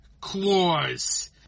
Claws